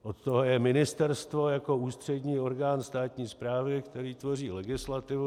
Od toho je ministerstvo jako ústřední orgán státní správy, který tvoří legislativu.